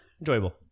Enjoyable